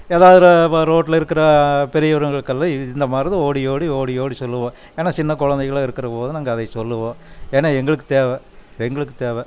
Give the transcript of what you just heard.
எதாவது ரே இப்போ ரோட்டில் இருக்கிற பெரியவருங்களுக்கெல்லாம் இது இந்தமாதிரி தான் ஓடி ஓடி ஓடி ஓடி சொல்லுவோம் ஏன்னா சின்ன குழந்தைகளும் இருக்கிறபோது நாங்கள் அதை சொல்லுவோம் ஏன்னா எங்களுக்கு தேவை எங்களுக்கு தேவை